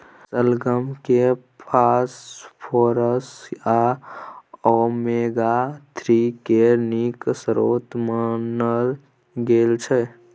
शलगम केँ फास्फोरस आ ओमेगा थ्री केर नीक स्रोत मानल गेल छै